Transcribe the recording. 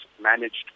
managed